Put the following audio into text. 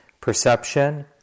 perception